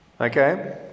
Okay